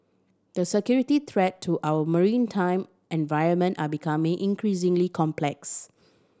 the security threat to our maritime environment are becoming increasingly complex